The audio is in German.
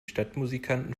stadtmusikanten